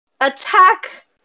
attack